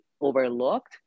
overlooked